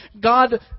God